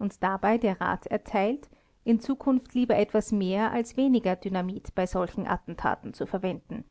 und dabei der rat erteilt in zukunft lieber etwas mehr als weniger dynamit bei solchen attentaten zu verwenden